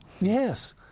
Yes